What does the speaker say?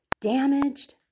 damaged